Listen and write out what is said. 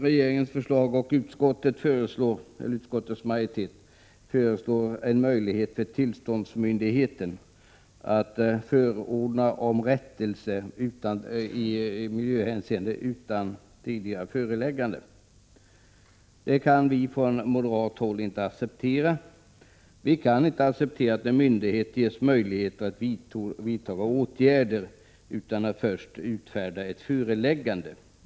Regeringen och utskottsmajoriteten föreslår en möjlighet för tillståndsmyndigheten att förordna om rättelse i miljöhänseende utan tidigare föreläggande. Det kan vi från moderat håll inte acceptera. Vi kan inte acceptera att en myndighet ges möjlighet att vidta åtgärder utan att först utfärda ett föreläggande.